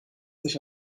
sich